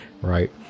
right